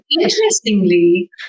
interestingly